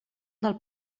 del